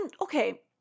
okay